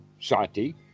sati